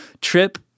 trip